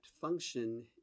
function